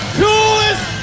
coolest